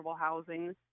housing